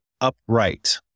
upright